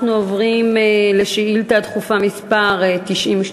אנחנו עוברים לשאילתה דחופה מס' 92: